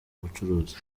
ubucuruzi